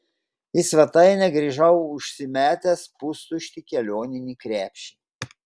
į svetainę grįžau užsimetęs pustuštį kelioninį krepšį